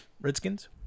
Redskins